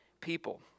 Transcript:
people